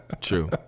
true